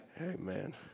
Amen